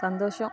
சந்தோஷோம்